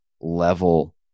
level